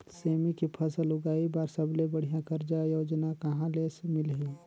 सेमी के फसल उगाई बार सबले बढ़िया कर्जा योजना कहा ले मिलही?